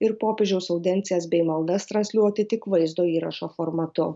ir popiežiaus audiencijas bei maldas transliuoti tik vaizdo įrašo formatu